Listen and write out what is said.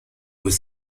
was